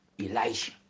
Elijah